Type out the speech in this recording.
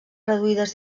reduïdes